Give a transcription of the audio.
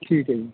ਠੀਕ ਹੈ ਜੀ